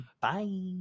Bye